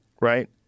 right